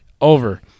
Over